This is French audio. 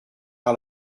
par